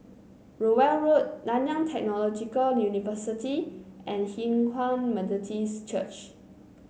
Rowell Road Nanyang Technological University and Hinghwa Methodist Church